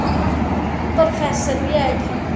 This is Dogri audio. प्रोफेसर बी आए उठी न